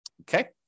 Okay